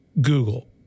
Google